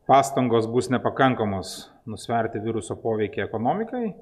pastangos bus nepakankamos nusverti viruso poveikį ekonomikai